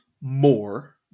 more